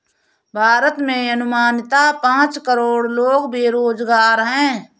भारत में अनुमानतः पांच करोड़ लोग बेरोज़गार है